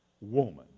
woman